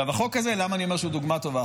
למה אני אומר שהחוק הזה הוא דוגמה טובה?